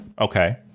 Okay